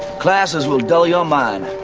classes will dull your mind.